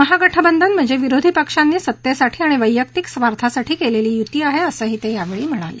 महागठबंधन म्हणजे विरोधी पक्षांनी सत्तेसाठी आणि वैयक्तिक स्वार्थासाठी केलेली युती आहे असंही ते यावेळी म्हणाले